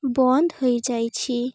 ବନ୍ଦ ହୋଇଯାଇଛି